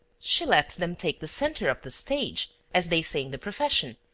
she lets them take the centre of the stage, as they say in the profession,